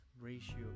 ratio